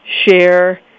share